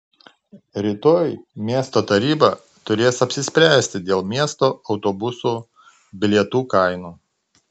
rytoj miesto taryba turės apsispręsti dėl miesto autobusų bilietų kainų